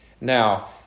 Now